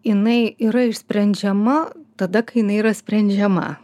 jinai yra išsprendžiama tada kai jinai yra sprendžiama